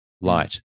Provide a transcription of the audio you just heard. light